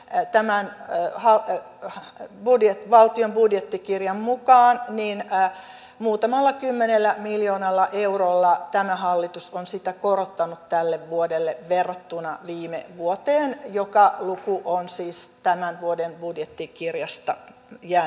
heittämään hakee kahta vuoden valtion budjettikirjan mukaan ja muutamalla kymmenellä miljoonalla eurolla tämä hallitus on sitä korottanut tälle vuodelle verrattuna viime vuoteen joka luku on siis tämän vuoden budjettikirjasta jäänyt mieleeni